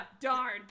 darn